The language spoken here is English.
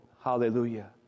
Hallelujah